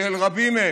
של רבים מהם.